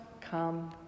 come